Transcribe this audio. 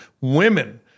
Women